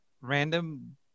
random